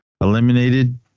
eliminated